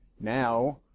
Now